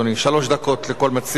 שלוש דקות לכל מציע.